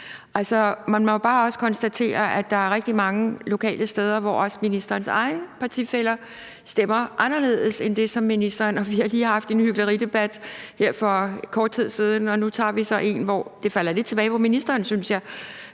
Man må jo bare også konstatere, at der er rigtig mange lokale steder, hvor ministerens egne partifæller stemmer anderledes end ministeren. Vi har lige haft en hykleridebat her for kort tid siden, og nu tager vi så en, hvor – og det falder lidt tilbage på ministeren, synes jeg